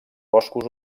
boscos